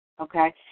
okay